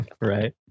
Right